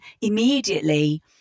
immediately